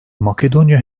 makedonya